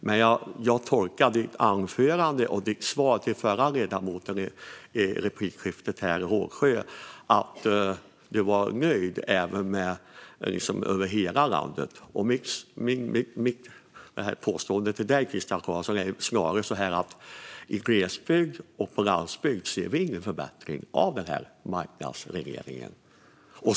Men jag tolkade ditt anförande och ditt svar till ledamoten Rågsjö i det förra replikskiftet som att du var nöjd med hur det ser ut över hela landet. Mitt påstående till dig, Christian Carlsson, är snarare att vi i glesbygd och på landsbygd inte ser någon förbättring av denna marknadsreglering.